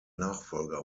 nachfolger